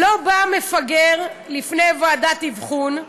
"לא בא מפגר לפני ועדת אבחון,